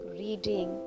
reading